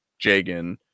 jagan